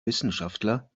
wissenschaftler